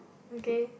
okay